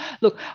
look